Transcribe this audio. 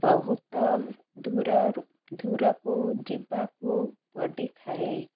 ବହୁତ ଦୂରରୁ ଦୂରକୁ ଯିବାକୁ ପଡ଼ିଥାଏ